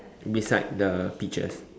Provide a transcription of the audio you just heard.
beside the peaches